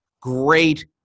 great